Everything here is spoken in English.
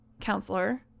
counselor